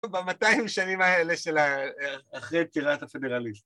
במאתיים שנים האלה של אחרי פטירת הפדרליסט.